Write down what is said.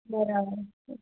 બરાબર છે